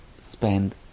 spend